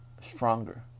stronger